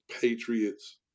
Patriots